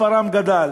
מספרם גדל.